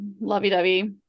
lovey-dovey